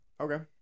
Okay